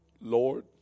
Lord